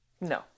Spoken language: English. No